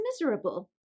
miserable